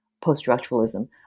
post-structuralism